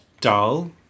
dull